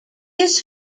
his